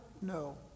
no